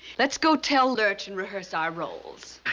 let's go tell lurch and rehearse our roles.